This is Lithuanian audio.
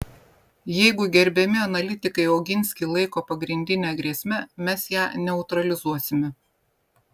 jeigu gerbiami analitikai oginskį laiko pagrindine grėsme mes ją neutralizuosime